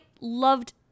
loved